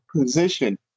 position